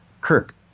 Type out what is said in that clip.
Kirk